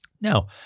Now